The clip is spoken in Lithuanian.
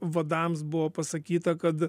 vadams buvo pasakyta kad